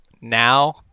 now